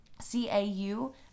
c-a-u